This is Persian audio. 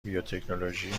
بیوتکنولوژی